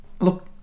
Look